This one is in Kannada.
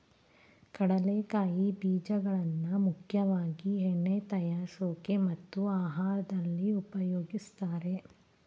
ಕಡಲೆಕಾಯಿ ಬೀಜಗಳನ್ನಾ ಮುಖ್ಯವಾಗಿ ಎಣ್ಣೆ ತಯಾರ್ಸೋಕೆ ಮತ್ತು ಆಹಾರ್ದಲ್ಲಿ ಉಪಯೋಗಿಸ್ತಾರೆ